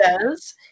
says